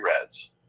reds